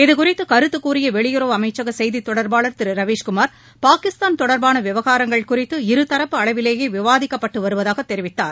இது குறித்து கருத்து கூறிய வெளிய றவர் அமைச்சக செய்தி தொடர் பாளர் திரு ரவீஸ்குமார் பாகிஸ்தான் தொடர்பாள விவகாரங்கள் குறித்து இருதரப்பட் அளவிலேயே விவாதிக்கப்பட்டு வருவதாக தெரி வித்தார்